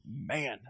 man